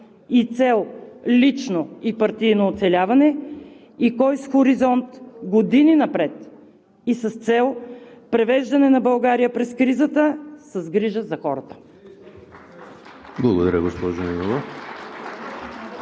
с цел лично и партийно оцеляване, и кой – с хоризонт години напред и с цел превеждане на България през кризата с грижа за хората. (Ръкопляскания